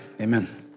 Amen